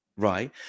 Right